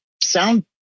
sound